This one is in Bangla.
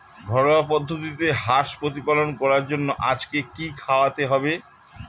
ঘরোয়া পদ্ধতিতে হাঁস প্রতিপালন করার জন্য আজকে কি খাওয়াতে হবে?